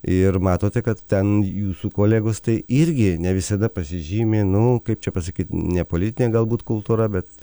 ir matote kad ten jūsų kolegos tai irgi ne visada pasižymi nu kaip čia pasakyt nepolitine galbūt kultūra bet